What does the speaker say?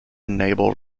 enable